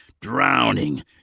drowning